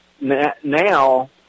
now